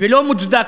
ולא מוצדק,